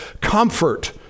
comfort